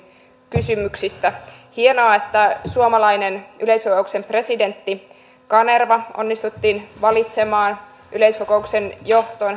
kysymyksistä hienoa että suomalainen yleiskokouksen presidentti kanerva onnistuttiin valitsemaan yleiskokouksen johtoon